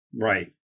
Right